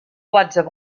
whatsapp